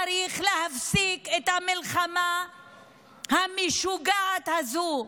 צריך להפסיק את המלחמה המשוגעת הזאת.